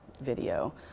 video